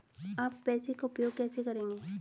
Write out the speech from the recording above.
आप पैसे का उपयोग कैसे करेंगे?